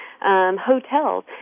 hotels